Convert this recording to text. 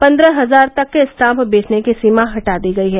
पंद्रह हजार तक के स्टाम्प बेचने की सीमा हटा दी गई है